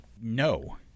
No